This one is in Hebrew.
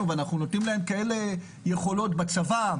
ואנחנו נותנים להם כאלה יכולות בצבא,